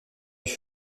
feu